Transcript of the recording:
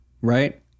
Right